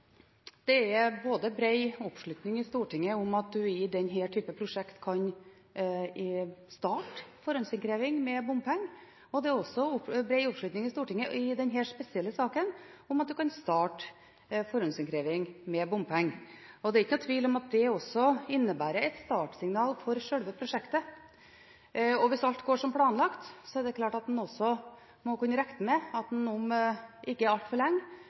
Det er bred oppslutning i Stortinget om at man i denne typen prosjekt kan starte forhåndsinnkreving av bompenger, og det er bred oppslutning i Stortinget i denne spesielle saken om at man kan starte forhåndsinnkreving av bompenger. Og det er ikke noen tvil om at det også innebærer et startsignal for selve prosjektet. Hvis alt går som planlagt, må en kunne regne med at en om ikke altfor lenge